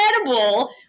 incredible